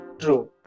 true